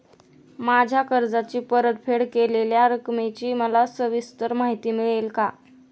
माझ्या कर्जाची परतफेड केलेल्या रकमेची मला सविस्तर माहिती मिळेल का?